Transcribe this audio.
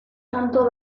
tanto